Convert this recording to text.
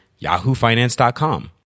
yahoofinance.com